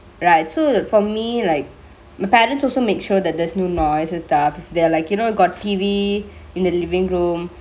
right so for me like my parents also make sure that there's no noise and stuff if they are like you know you got T_V in the livingk room